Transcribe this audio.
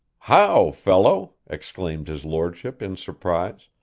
how, fellow exclaimed his lordship, in surprise.